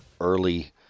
early